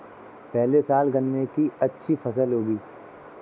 पिछले साल गन्ने की अच्छी फसल उगी